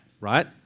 right